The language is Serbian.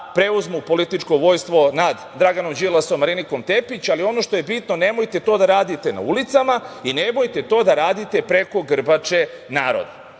preuzmu političko vođstvo nad Draganom Đilasom, Marinikom Tepić, ali ono što je bino, nemojte to da radite na ulicama i nemojte to da radite preko grbače naroda. Ono